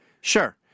Sure